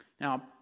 Now